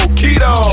keto